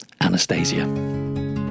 Anastasia